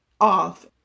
off